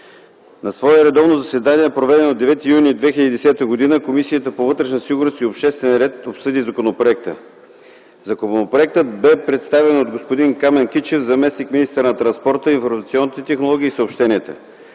На свое редовно заседание, проведено на 9 юни 2010 г., Комисията по вътрешна сигурност и обществен ред обсъди законопроекта. Законопроектът бе представен от господин Камен Кичев – заместник-министър на транспорта, информационните технологии и съобщенията.